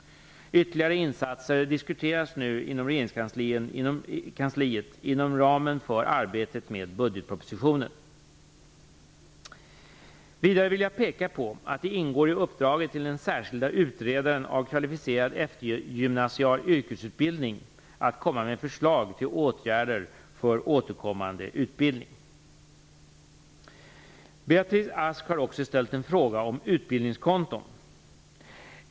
Ytterligare insatser diskuteras nu inom kansliet inom ramen för arbetet med budgetpropositionen. Vidare vill jag peka på att det ingår i uppdraget till den särskilde utredaren av kvalificerad eftergymnasial yrkesutbildning att komma med förslag till åtgärder för återkommande utbildning. Beatrice Ask har också ställt en fråga om utbildningskonton.